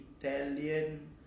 Italian